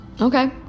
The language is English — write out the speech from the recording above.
Okay